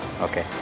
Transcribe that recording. okay